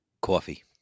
coffee